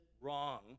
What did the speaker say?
wrong